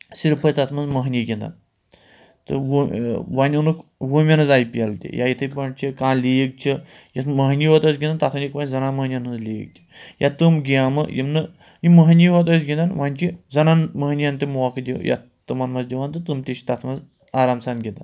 صرف ٲسۍ تَتھ منٛز مٔہنِو گِنٛدان تہٕ وُ وۄنۍ اوٚنُکھ وُمیٚنٕز آی پی ایل تہِ یا یِتھٕے پٲٹھۍ چھِ کانٛہہ لیٖگ چھِ یَتھ مۄہنِو یوت ٲسۍ گِنٛدان تَتھ أنِکھ وۄنۍ زَنان مٔہنوٮ۪ن ہٕنٛز لیٖگ تہِ یا تِم گیمہٕ یِم نہٕ یہِ مۄہنِو یوت ٲسۍ گِنٛدان وۄنۍ چھِ زَنان مٔہنیَن تہِ موقعہٕ دِ یَتھ تِمَن منٛز دِوان تہٕ تِم تہِ چھِ تَتھ منٛز آرام سان گِنٛدان